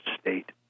state